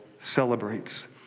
celebrates